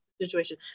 situation